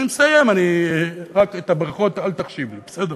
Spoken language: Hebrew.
אני מסיים, רק את הברכות אל תחשיב לי, בסדר?